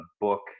book